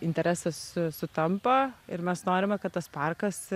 interesas sutampa ir mes norime kad tas parkas